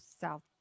south